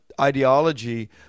ideology